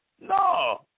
No